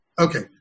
Okay